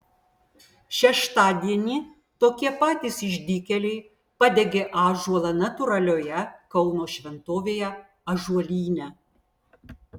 šeštadienį tokie patys išdykėliai padegė ąžuolą natūralioje kauno šventovėje ąžuolyne